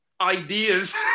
ideas